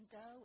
go